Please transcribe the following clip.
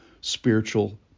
spiritual